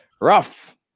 Rough